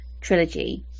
trilogy